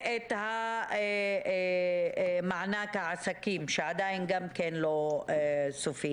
ואת מענק העסקים שעדיין גם כן לא סופי.